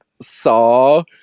saw